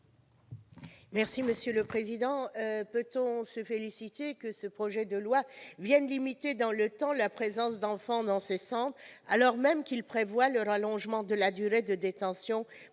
Benbassa, sur l'article. Peut-on se féliciter que ce projet de loi vienne limiter dans le temps la présence d'enfants dans ces centres, alors même qu'il prévoit le rallongement de la durée de détention